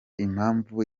impamvu